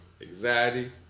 anxiety